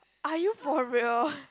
are you for real